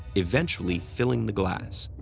eventually filling the glass.